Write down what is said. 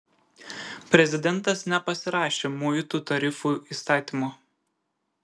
prezidentas nepasirašė muitų tarifų įstatymo